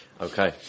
Okay